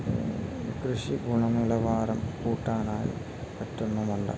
കൃഷി ഗുണനിലവാരം കൂട്ടാനായി പറ്റുന്നുമുണ്ട്